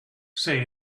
say